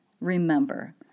Remember